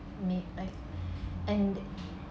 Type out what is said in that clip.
make like and